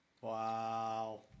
Wow